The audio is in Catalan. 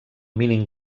mínim